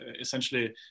essentially